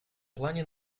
плане